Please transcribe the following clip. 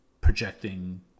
projecting